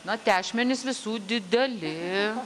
na tešmenys visų dideli